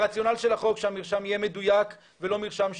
הרציונל של החוק שהמרשם יהיה מדויק ולא מרשם שקרי.